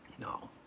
No